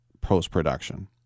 post-production